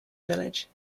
village